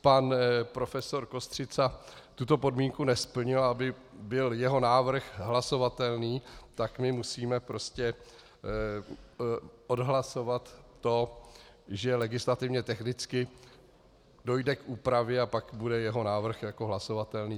Pan profesor Kostřica tuto podmínku nesplnil, a aby byl jeho návrh hlasovatelný, musíme prostě odhlasovat to, že legislativně technicky dojde k úpravě, a pak bude jeho návrh hlasovatelný.